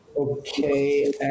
Okay